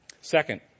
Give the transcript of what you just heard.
Second